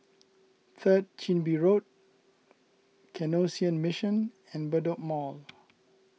Third Chin Bee Road Canossian Mission and Bedok Mall